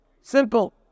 simple